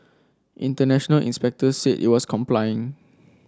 international inspectors said it was complying